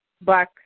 black